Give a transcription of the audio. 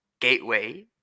gateway